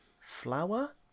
flour